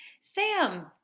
Sam